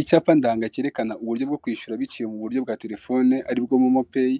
Icyapa ndanga cyerekana uburyo bwo kwishyura biciye muburyo bwa terefone aribwo momo peyi,